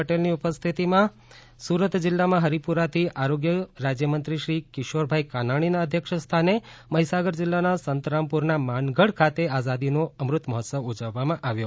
પટેલની ઉપસ્થિતિમાં સુરત જિલ્લામાં હરિપુરાથી આરોગ્ય રાજ્યમંત્રીશ્રી કિશોરભાઈ કાનાણીના અધ્યથક્ષસ્થા ને મહીસાગર જીલ્લાના સંતરામપુરના માનગઢ ખાતે આઝાદીનો અમૃત મહોત્સવ ઉજવવામાં આવ્યો